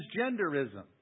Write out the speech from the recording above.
transgenderism